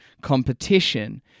competition